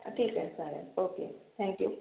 ठीक आहे चालेल ओके थँक यू